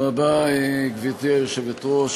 גברתי היושבת-ראש,